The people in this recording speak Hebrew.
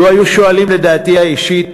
לו היו שואלים לדעתי האישית,